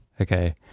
Okay